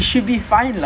ya lah